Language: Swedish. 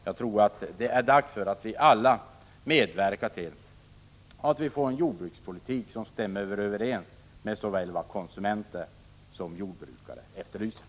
Jag tror att det är dags att vi alla medverkar till att vi får en jordbrukspolitik som stämmer överens med vad såväl konsumenter som jordbrukare efterlyser.